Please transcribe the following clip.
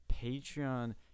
Patreon